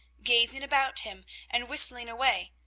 gazing about him and whistling away,